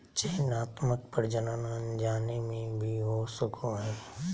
चयनात्मक प्रजनन अनजाने में भी हो सको हइ